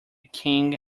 king